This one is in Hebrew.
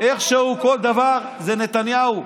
איכשהו כל דבר זה נתניהו.